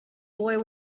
boy